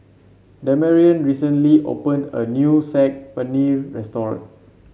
Damarion recently opened a new Saag Paneer Restaurant